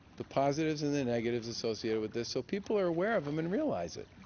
the positives and negatives associated with this, so people are aware of them and realize it.